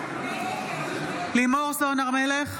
נגד לימור סון הר מלך,